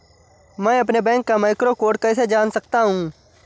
मैं अपने बैंक का मैक्रो कोड कैसे जान सकता हूँ?